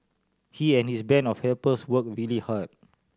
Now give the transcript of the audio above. he and his band of helpers worked really hard